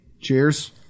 Cheers